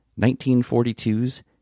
1942's